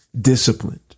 disciplined